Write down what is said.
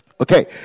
Okay